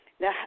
Now